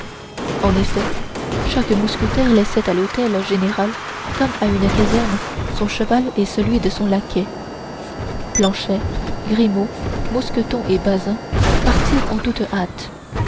en effet chaque mousquetaire laissait à l'hôtel général comme à une caserne son cheval et celui de son laquais planchet grimaud mousqueton et bazin partirent en toute hâte